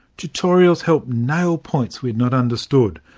tutorials help nail points we had not understood,